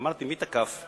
אמרתי מי תקף.